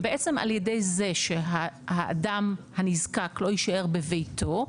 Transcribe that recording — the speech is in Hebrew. ובעצם על ידי זה שהאדם הנזקק לא יישאר בביתו,